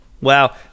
Wow